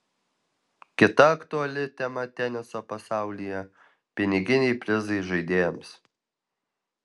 kita aktuali tema teniso pasaulyje piniginiai prizai žaidėjams